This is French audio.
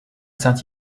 saint